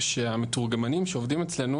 שהמתורגמנים שעובדים אצלנו,